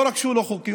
לא רק שהוא לא חוקי,